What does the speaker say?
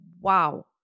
Wow